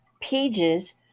Pages